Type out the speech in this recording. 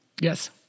Yes